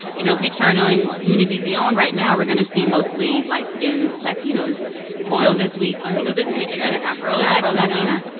you know, if we turn on univision ah and right now, we're going to see mostly light-skinned latinos until this week until so this week. they got an afro-latina.